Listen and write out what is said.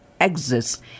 exists